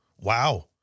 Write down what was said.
Wow